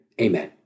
Amen